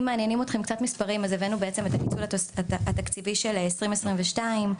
אם מעניינים אתכם קצת מספרים אז הבאנו את הגידול התקציבי של שנת 2022,